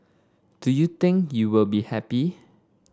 do you think you will be happy